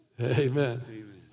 Amen